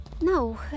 No